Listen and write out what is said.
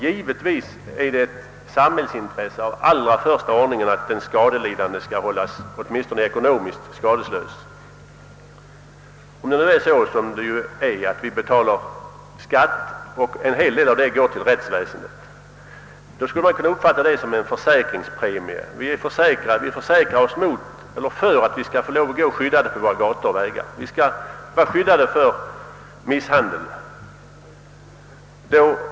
Givetvis är det ett samhälleligt intresse av allra första ordningen att den skadelidande hålls åtminstone ekonomiskt skadeslös. Vi betalar ju skatt och en hel del därav går till rättsväsendet. Detta bidrag till rättsväsendet skulle kunna anses som en försäkringspremie. Vi försäkrar oss för att få gå skyddade på våra gator och vägar. Vi skall vara skyddade från misshandel.